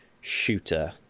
shooter